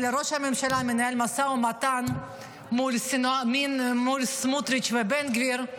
אלא ראש הממשלה מנהל משא ומתן מול סמוטריץ' ובן גביר,